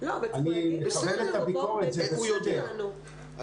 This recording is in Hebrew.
זה בסדר,